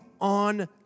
on